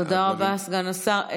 תודה רבה, סגן השר.